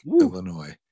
Illinois